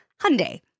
Hyundai